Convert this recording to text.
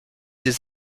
des